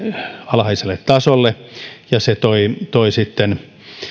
alhaiselle tasolle ja se toi sitten